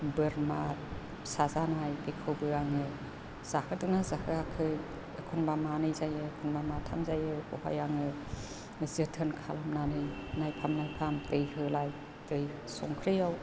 बोरमा फिसा जानाय बेखौबो आङो जाहोदोंना जाहोआखै एखनबा मानै जायो एखनबा माथाम जायो बेखौहाय आङो जोथोन खालामनानै नायफाम नायफाम दै होलाय दै संख्रियाव